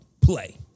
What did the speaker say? play